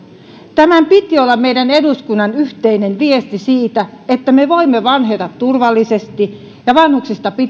tämän piti olla eduskunnan yhteinen viesti siitä että me voimme vanheta turvallisesti ja vanhuksista